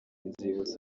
inzibutso